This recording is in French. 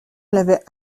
l’avait